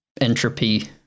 entropy